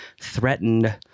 threatened